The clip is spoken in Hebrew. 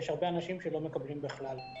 יש הרבה אנשים שלא מקבלים בכלל.